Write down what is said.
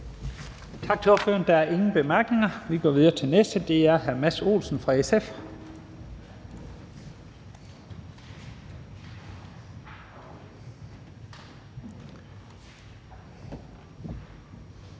Tak til ordføreren. Der er ingen korte bemærkninger. Vi går videre til den næste. Det er hr. Mads Olsen fra SF.